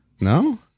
No